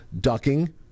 ducking